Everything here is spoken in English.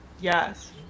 yes